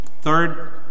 Third